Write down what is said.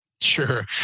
Sure